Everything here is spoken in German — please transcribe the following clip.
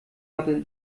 hatte